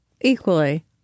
equally